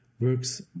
works